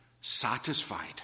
Satisfied